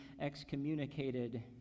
excommunicated